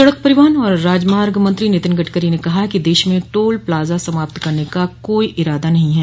सड़क परिहवन और राजमार्ग मंत्री नितिन गड़करी ने कहा है कि देश में टोल प्लाजा समाप्त करने का कोई इरादा नहीं है